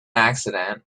accident